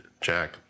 Jack